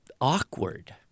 awkward